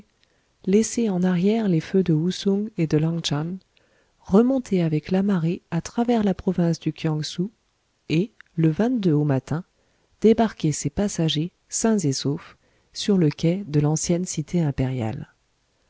laissé en arrière les feux de ou song et de langchan remonté avec la marée à travers la province du kiangsou et le au matin débarqué ses passagers sains et saufs sur le quai de l'ancienne cité impériale